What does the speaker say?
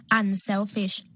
unselfish